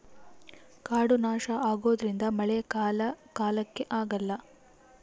ಕಾಡು ನಾಶ ಆಗೋದ್ರಿಂದ ಮಳೆ ಕಾಲ ಕಾಲಕ್ಕೆ ಆಗಲ್ಲ